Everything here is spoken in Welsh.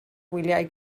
wyliau